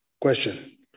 question